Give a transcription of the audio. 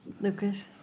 Lucas